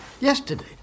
Yesterday